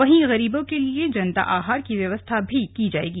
वहीं गरीबों के लिए जनता आहार की व्यवस्था भी की जाएगी